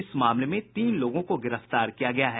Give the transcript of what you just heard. इस मामले में तीन लोगों को गिरफ्तार किया गया है